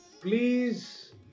please